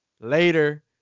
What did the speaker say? later